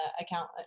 account